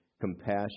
compassion